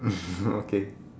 okay